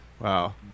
Wow